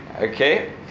okay